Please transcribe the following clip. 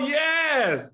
yes